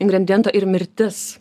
ingrediento ir mirtis